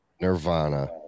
Nirvana